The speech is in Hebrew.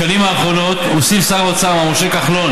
בשנים האחרונות הוסיף שר האוצר משה כחלון